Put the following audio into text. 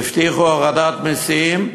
הבטיחו הורדת מסים,